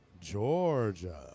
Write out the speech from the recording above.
Georgia